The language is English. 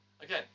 Again